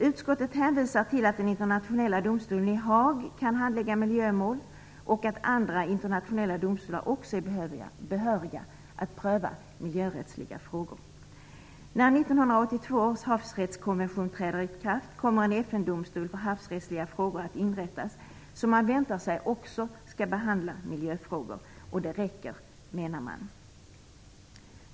Utskottet hänvisar till att den internationella domstolen i Haag kan handlägga miljömål och att andra internationella domstolar också är behöriga att pröva miljörättsliga frågor. När 1982 års havsrättskonvention träder i kraft kommer en FN-domstol för havsrättsliga frågor att inrättas, som man också förväntar sig skall behandla miljöfrågor. Man menar att det räcker.